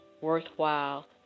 worthwhile